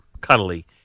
cuddly